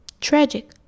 Tragic